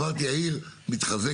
אמרתי העיר מתחזקת.